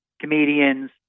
comedians